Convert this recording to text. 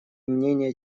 мнение